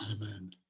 Amen